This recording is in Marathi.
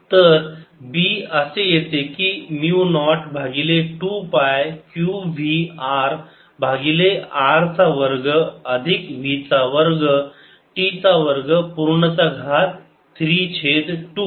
तर B असे येते की म्यु नॉट भागिले 2 पाय q v R भागिले R चा वर्ग अधिक v चा वर्ग t चा वर्ग पूर्ण चा घात 3 छेद 2